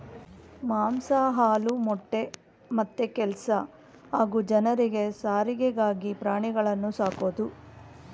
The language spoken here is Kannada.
ಮಾಂಸ ಹಾಲು ಮೊಟ್ಟೆ ಮತ್ತೆ ಕೆಲ್ಸ ಹಾಗೂ ಜನರಿಗೆ ಸಾರಿಗೆಗಾಗಿ ಪ್ರಾಣಿಗಳನ್ನು ಸಾಕೋದು